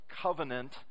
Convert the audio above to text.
covenant